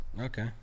Okay